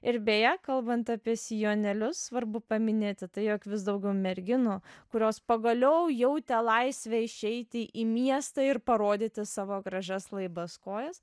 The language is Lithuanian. ir beje kalbant apie sijonėlius svarbu paminėti tai jog vis daugiau merginų kurios pagaliau jautė laisvę išeiti į miestą ir parodyti savo gražias laibas kojas